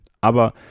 Aber